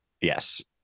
Yes